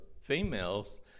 female's